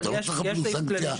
אתה לא צריך אפילו סנקציה,